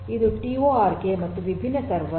ಇದು ಟಿಒಆರ್ ಗೆ ವಿಭಿನ್ನ ಸರ್ವರ್